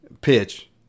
pitch